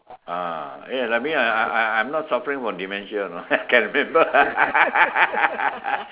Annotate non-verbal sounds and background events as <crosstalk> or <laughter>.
uh ya that mean I I I'm not suffering from dementia you know can remember <laughs>